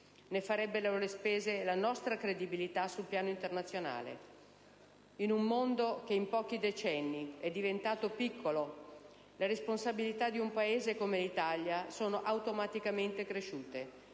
Ne farebbe le spese la nostra credibilità sul piano internazionale. In un mondo che in pochi decenni è diventato piccolo, le responsabilità di un Paese come l'Italia sono automaticamente cresciute;